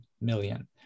million